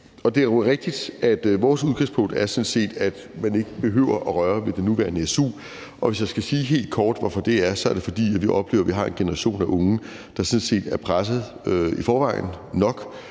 af. Det er jo rigtigt, at vores udgangspunkt sådan set er, at man ikke behøver at røre ved den nuværende su, og hvis jeg skal sige helt kort, hvorfor vi synes det, så er det, fordi vi oplever, at vi har en generation af unge, der sådan set er presset nok i forvejen, og